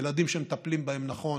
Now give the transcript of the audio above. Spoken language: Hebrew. ילדים שמטפלים בהם נכון